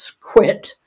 quit